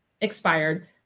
expired